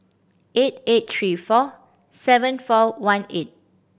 eight eight three four seven four one eight